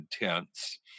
intense